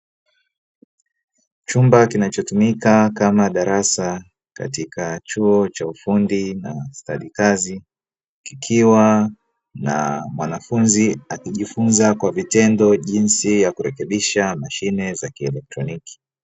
Chumba kinachotumika kama darasa katika chuo cha ufundi na stadi kazi, kikiwa na mwanafunzi akijifunza kwa vitendo jinsi ya kurekebisha mashine za kielektroniki.